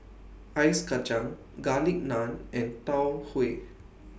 Ice Kacang Garlic Naan and Tau Huay